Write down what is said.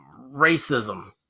racism